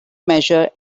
measure